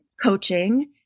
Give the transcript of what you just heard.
coaching